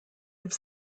have